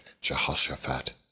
Jehoshaphat